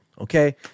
okay